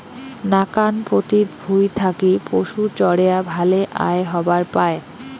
নাকান পতিত ভুঁই থাকি পশুচরেয়া ভালে আয় হবার পায়